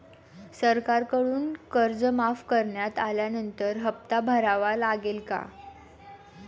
सरकारकडून कर्ज माफ करण्यात आल्यानंतर हप्ता भरावा लागेल का?